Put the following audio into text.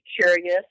curious